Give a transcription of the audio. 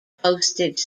postage